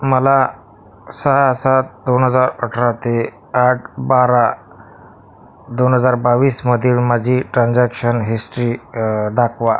मला सहा सात दोन हजार अठरा ते आठ बारा दोन हजार बावीसमधील माझी ट्रान्झॅक्शन हिस्ट्री दाखवा